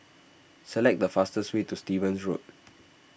select the fastest way to Stevens Road